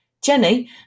Jenny